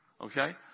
Okay